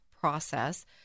process